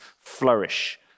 flourish